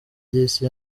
ry’isi